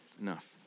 Enough